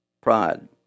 pride